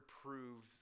proves